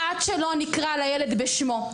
עד שלא נקרא לילד בשמו,